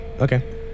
Okay